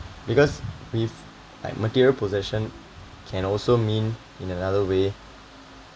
because with like material possession can also mean in another way